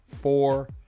four